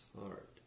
heart